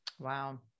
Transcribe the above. Wow